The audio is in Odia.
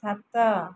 ସାତ